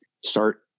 start